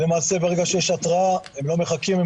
למעשה ברגע שיש התראה הם לא מחכים,